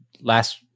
last